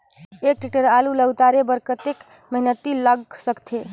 एक टेक्टर आलू ल उतारे बर कतेक मेहनती लाग सकथे?